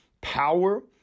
power